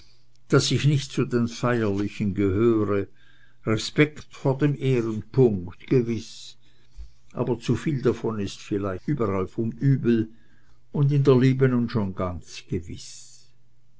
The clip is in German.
daß ich nicht zu den feierlichen gehöre respekt vor dem ehrenpunkt gewiß aber zuviel davon ist vielleicht überall vom übel und in der liebe nun schon ganz gewiß